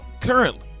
currently